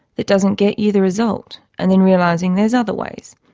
that doesn't get you the result and then realising there's other ways.